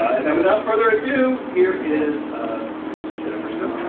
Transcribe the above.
and without further ado, here is jennifer so